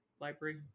library